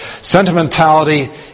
Sentimentality